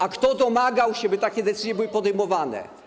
A kto domagał się, by takie decyzje były podejmowane?